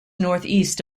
northeast